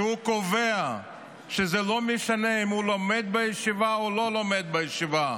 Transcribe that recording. שקובע שזה לא משנה אם הוא לומד בישיבה או לא לומד בישיבה,